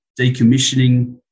decommissioning